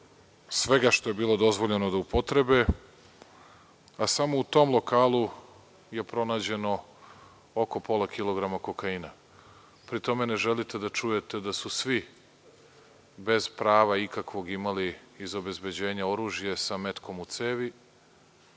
svega što je bilo dozvoljeno da upotrebe, a samo u tom lokalu je pronađeno oko pola kilograma kokaina. Pri tome ne želite da čujete da su svi bez prava ikakvog imali iz obezbeđenja oružje sa metkom u cevi,